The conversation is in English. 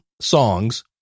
songs